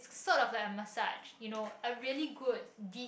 sort of like a message you know a really good deep